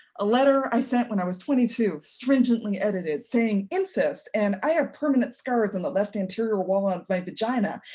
a letter i sent when i was twenty two, stringently edited, saying incest, and i have permanent scars on and the left anterior wall of my vagina,